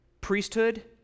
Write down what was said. priesthood